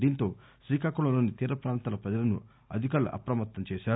దీంతో శ్రీకాకుళం లోని తీర ప్రాంతాల ప్రజలను అధికారులు అప్రమత్తం చేశారు